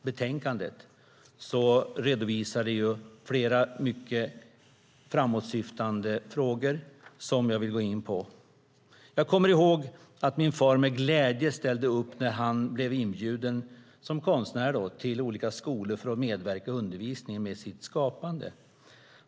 Betänkandet redovisar flera framåtsyftande frågor som jag ska gå in på. Jag kommer ihåg att min far med glädje ställde upp när han som konstnär blev inbjuden till olika skolor för att medverka i undervisningen med sitt skapande.